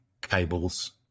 cables